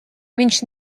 viņš